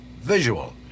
visual